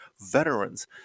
veterans